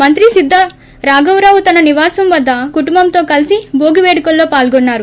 మంత్రి సిద్దా రాఘవరావు తన నివాసం వద్ద కుటుంబంతో కలిసి భోగి పేడుకల్లో పాల్గొన్నారు